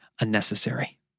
unnecessary